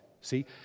see